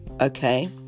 okay